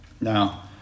Now